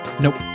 Nope